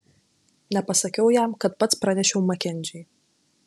nepasakiau jam kad pats pranešiau makenziui